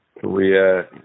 korea